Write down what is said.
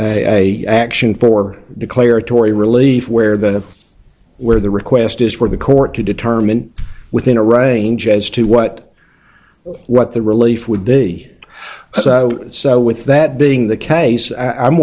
than a action for declaratory relief where the where the request is for the court to determine within a range as to what what the relief would be so with that being the case i